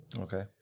Okay